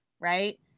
Right